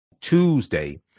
Tuesday